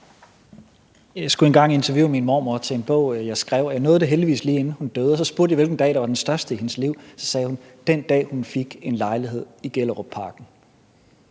Jeg skulle engang interviewe min mormor til en bog, jeg skrev, og jeg nåede det heldigvis, lige inden hun døde. Jeg spurgte hende, hvilken dag der var den største i hendes liv, og så sagde hun: Den dag jeg fik en lejlighed i Gellerupparken.